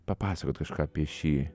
papasakot kažką apie šį